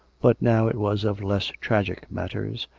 but now it was of less tragic matters,